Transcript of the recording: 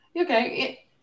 Okay